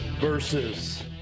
versus